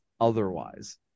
otherwise